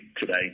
today